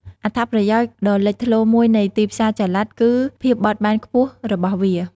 អត្ថប្រយោជន៍ដ៏លេចធ្លោមួយនៃទីផ្សារចល័តគឺភាពបត់បែនខ្ពស់របស់វា។